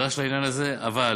נדרש לעניין הזה, אבל